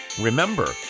Remember